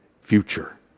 future